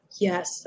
yes